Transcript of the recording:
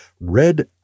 red